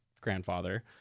grandfather